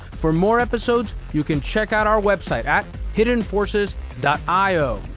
for more episodes, you can check out our website at hiddenforces io.